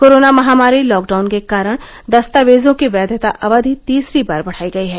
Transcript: corona महामारी lockdown के कारण दस्तावेजों की वैधता अवधि तीसरी बार बढाई गई है